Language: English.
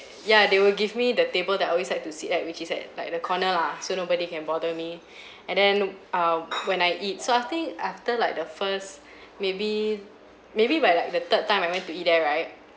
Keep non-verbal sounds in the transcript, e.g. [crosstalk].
ya they will give me the table that I always like to sit at which is at like the corner lah so nobody can bother me [breath] and then err when I eat so I think after like the first [breath] maybe maybe by like the third time I went to eat there right